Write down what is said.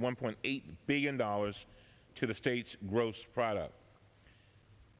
estimated one point eight billion dollars to the state's gross product